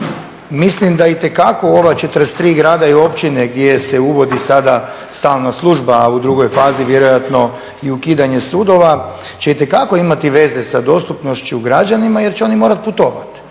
mislim da itekako u ova 43 grada i općine gdje se uvodi sada stalna služba, a u drugoj fazi vjerojatno i ukidanje sudova će itekako imati veze sa dostupnošću građanima jer će oni morati putovati.